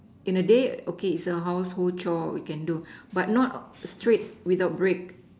in a day okay is a household chore we can do but not straight without break